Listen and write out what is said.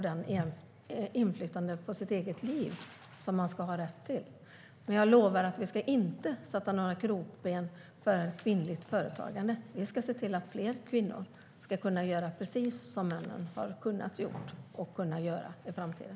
Jag lovar att vi inte ska sätta några krokben för kvinnligt företagande. Vi ska se till att fler kvinnor kan göra precis som männen har kunnat göra och kan göra i framtiden.